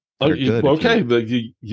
Okay